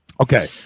okay